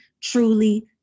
truly